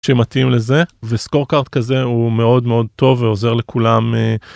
שמתאים לזה וסקור קארט כזה הוא מאוד מאוד טוב ועוזר לכולם.